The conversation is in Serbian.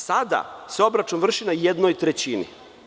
Sada, se obračun vrši na jednoj trećini.